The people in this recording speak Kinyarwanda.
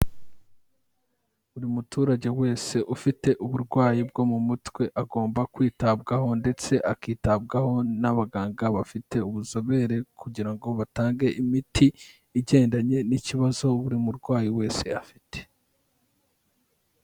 Buri muturage wese ufite uburwayi bwo mu mutwe agomba kwitabwaho ndetse akitabwaho n'abaganga bafite ubuzobere kugira ngo batange imiti igendanye n'ikibazo buri murwayi wese afite.